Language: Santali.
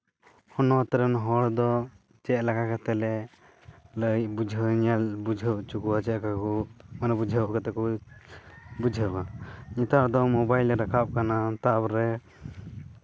ᱦᱚᱱᱚᱛ ᱨᱮᱱ ᱦᱚᱲᱫᱚ ᱪᱮᱫ ᱞᱮᱠᱟ ᱠᱟᱛᱮᱫ ᱞᱮ ᱞᱟᱹᱭ ᱵᱩᱡᱷᱟᱹᱣ ᱧᱮᱞ ᱵᱩᱡᱷᱟᱹᱣ ᱦᱚᱪᱚ ᱠᱚᱣᱟ ᱪᱮᱫ ᱞᱮᱠᱟ ᱠᱚ ᱢᱟᱱᱮ ᱵᱩᱡᱷᱟᱹᱣ ᱠᱟᱛᱮᱜ ᱠᱚ ᱵᱩᱡᱷᱟᱹᱣᱟ ᱱᱮᱛᱟᱨ ᱫᱚ ᱢᱳᱵᱟᱭᱤᱞ ᱨᱟᱠᱟᱵ ᱠᱟᱱᱟ ᱛᱟᱨᱯᱚᱨᱮ